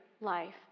life